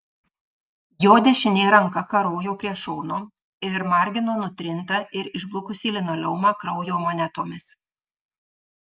jo dešinė ranka karojo prie šono ir margino nutrintą ir išblukusį linoleumą kraujo monetomis